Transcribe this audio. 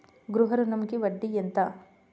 గృహ ఋణంకి వడ్డీ ఎంత?